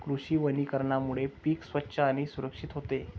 कृषी वनीकरणामुळे पीक स्वच्छ आणि सुरक्षित होते